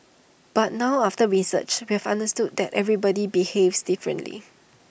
but now after research we have understood that everybody behaves differently